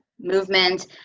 movement